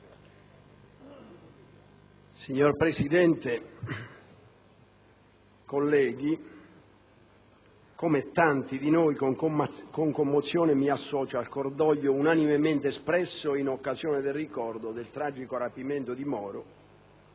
Signor Presidente, colleghi, come tanti di noi con commozione mi associo al cordoglio unanimemente espresso in occasione del ricordo del tragico rapimento di Moro,